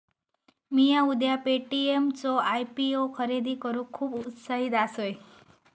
मिया उद्या पे.टी.एम चो आय.पी.ओ खरेदी करूक खुप उत्साहित असय